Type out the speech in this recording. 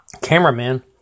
cameraman